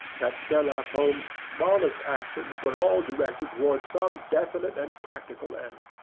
that sherlock holmes' smallest actions were all directed towards some definite and practical end.